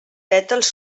pètals